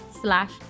slash